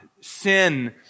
sin